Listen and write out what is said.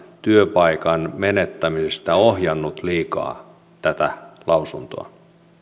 työpaikan menettämisestä ohjannut liikaa tätä lausuntoa